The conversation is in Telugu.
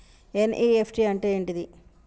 ఎన్.ఇ.ఎఫ్.టి అంటే ఏంటిది?